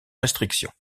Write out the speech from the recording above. restrictions